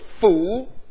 fool